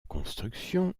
construction